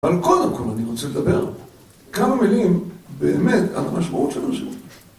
אבל קודם כל אני רוצה לדבר כמה מילים באמת על המשמעות של הנושא.